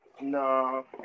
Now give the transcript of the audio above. No